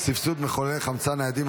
סבסוד מחוללי חמצן ניידים),